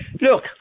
Look